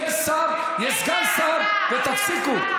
יש שר, יש סגן שר, ותפסיקו.